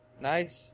nice